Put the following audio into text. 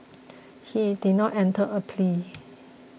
he did not enter a plea